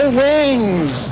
wings